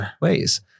ways